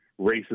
racist